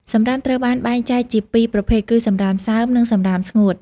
សំរាមត្រូវបានបែងចែកជាពីរប្រភេទគឺសំរាមសើម និងសំរាមស្ងួត។